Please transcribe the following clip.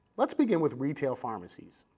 let's begin with retail pharmacies.